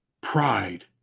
pride